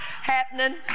happening